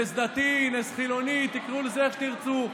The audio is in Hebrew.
נס דתי, נס חילוני, תקראו לזה איך שתרצו.